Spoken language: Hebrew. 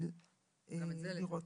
גם את זה לתקן.